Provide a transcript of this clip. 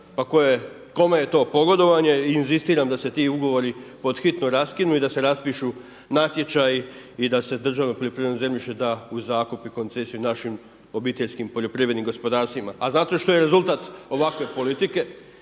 pa kome je to pogodovanje? I inzistiram da se ti ugovori pothitno raskinu i da se raspišu natječaji i da se državno poljoprivredno zemljište da u zakup i koncesiju našim obiteljskim poljoprivrednim gospodarstvima. A znate šta je rezultat ovakve politike?